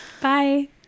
Bye